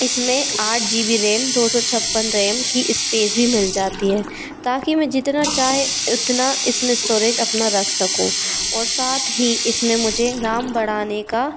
इस में आठ जी बी रैम दो सौ छप्पन रैम की स्पेस भी मिल जाती है ताकि मैं जितना चाहे उतना इस में स्टॉरेज अपना रख सकूँ और साथ ही इस में मुझे राम बढ़ाने का